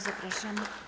Zapraszam.